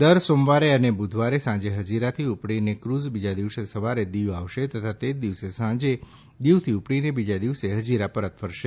દર સોમવારે અને બુધવારે સાંજે હજીરાથી ઉપડીને ક્રઝ બીજા દિવસે સવારે દીવ આવશે તથા તે જ દિવસે સાંજે દીવથી ઉપડીને બીજા દિવસે હજીરા પરત ફરશે